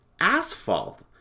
asphalt